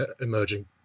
emerging